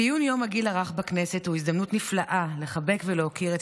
ציון יום הגיל הרך בכנסת הוא הזדמנות נפלאה לחבק ולהוקיר את